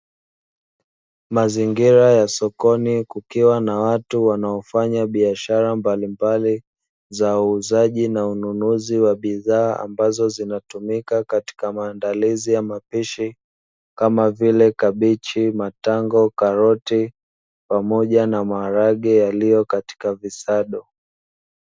Mazingira ya sokoni kukiwa na watu wanaofanya biashara mbalimbali, za uuzaji na ununuzi wa bidhaa ambazo, zinatumika katika maandalizi ya mapishi kama vile; kabichi, matango, karoti pamoja na maharage yaliyo katika visado.